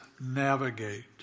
navigate